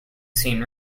seen